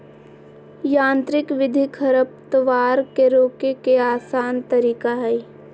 यांत्रिक विधि खरपतवार के रोके के आसन तरीका हइ